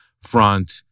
front